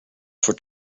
for